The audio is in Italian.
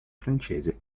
francese